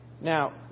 Now